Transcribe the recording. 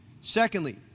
Secondly